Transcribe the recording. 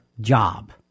job